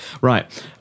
right